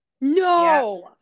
No